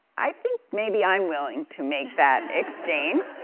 i think maybe i'm willing to make that exchange.